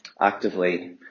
actively